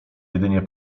jedynie